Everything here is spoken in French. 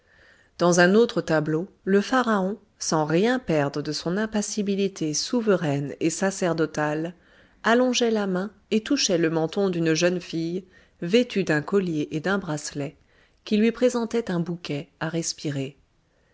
dans un autre tableau le pharaon sans rien perdre de son impassibilité souveraine et sacerdotale allongeait la main et touchait le menton d'une jeune fille vêtue d'un collier et d'un bracelet qui lui présentait un bouquet à respirer